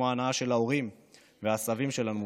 כמו ההנאה של ההורים והסבים שלנו,